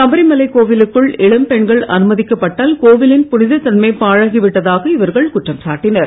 சபரிமலை கோவிலுக்குள் இளம்பெண்கள் அனுமதிக்கப்பட்டதால் கோவிலின் புனித தன்மை பாழாகிவிட்டதாக இவர்கள் குற்றம் சாட்டினர்